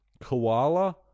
Koala